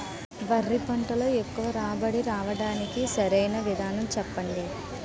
వరి పంటలో ఎక్కువ రాబడి రావటానికి సరైన విధానం చెప్పండి?